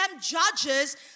judges